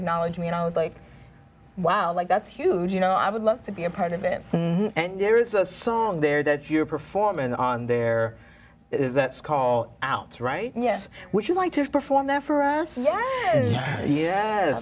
acknowledge me and i was like wow like that's huge you know i would love to be a part of it and there is a song there that you're performing on there is a call out right yes would you like to perform there for us